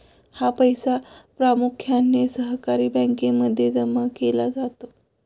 हा पैसा प्रामुख्याने सहकारी बँकांमध्ये जमा केला जातो